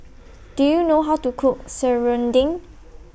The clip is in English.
Do YOU know How to Cook Serunding